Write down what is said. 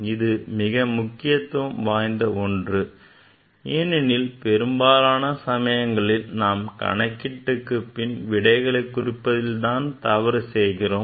இது மிக முக்கியத்துவம் வாய்ந்த ஒன்று ஏனெனில் பெரும்பாலான சமயங்களில் நாம் கணக்கிட்டுக்கு பின் விடைகளை குறிப்பதில் தான் தவறு செய்கிறோம்